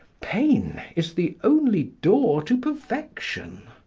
pain is the only door to perfection.